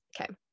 Okay